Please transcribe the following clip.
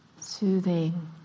soothing